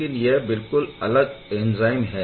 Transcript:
लेकिन यह बिलकुल अलग एंज़ाइम है